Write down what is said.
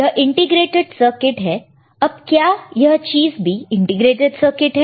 यह integrated circuit है अब क्या यह चीज भी इंटीग्रेटेड सर्किट है